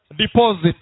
deposit